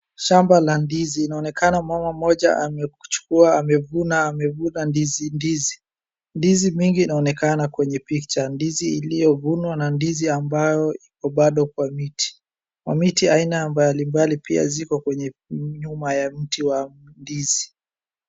Shamba la ndizi inaonekana mama mmoja amekuchukua, amevuna, amevuna ndizi, ndizi. Ndizi mingi inaonekana kwenye pikcha. Ndizi iliyovunwa na ndizi ambayo ipo bado kwa miti. Kwa miti aina mbalimbali pia zipo kwenye nyuma ya miti wa ndizi.